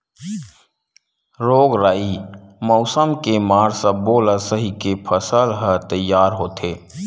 रोग राई, मउसम के मार सब्बो ल सहिके फसल ह तइयार होथे